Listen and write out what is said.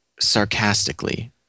sarcastically